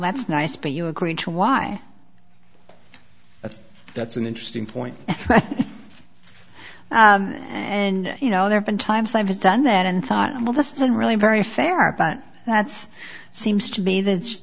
that's nice but you agree to why i think that's an interesting point and you know there's been times i've done that and thought well this isn't really very fair but that's seems to me that's